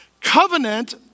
Covenant